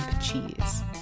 cheese